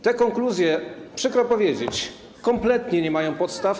Te konkluzje, przykro powiedzieć, kompletnie nie mają podstaw.